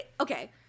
okay